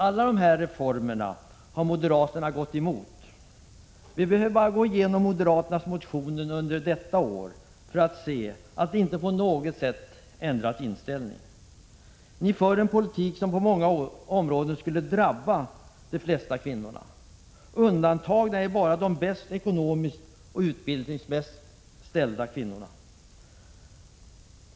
Alla de här reformerna har moderaterna gått emot. Vi behöver bara gå igenom moderaternas motioner under detta år för att se att ni inte på något sätt ändrat inställning. Ni för en politik som på många områden skulle drabba de flesta kvinnorna. Undantagna är bara de bäst ekonomiskt och utbildningsmässigt ställda kvinnorna.